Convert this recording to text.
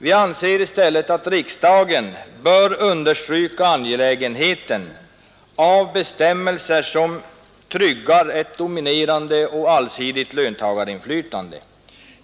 Vi anser i stället att riksdagen bör understryka angelägenheten av bestämmelser, som tryggar ett dominerande och allsidigt löntagarinflytande.